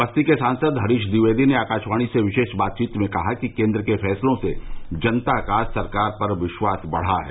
बस्ती के सांसद हरीश ट्विवेदी ने आकाशवाणी से विशेष बातचीत में कहा कि केन्द्र के फैसलों से जनता का सरकार पर विश्वास बढ़ा है